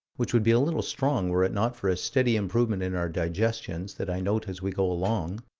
which would be a little strong were it not for a steady improvement in our digestions that i note as we go along,